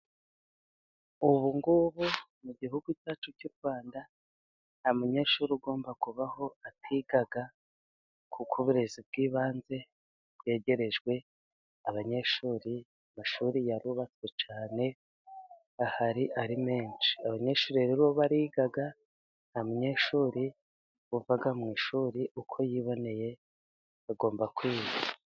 Ubu ngubu mu gihugu cyacu cy'u Rwanda, nta munyeshuri ugomba kubaho atiga, kuko uburezi bw'ibanze bwegerejwe abanyeshuri, amashuri yarubatswe cyane, ahari ari menshi, abanyeshuri rero bariga, nta munyeshuri uva mu ishuri uko yiboneye, agomba kwiga.